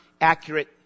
accurate